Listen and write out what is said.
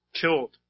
killed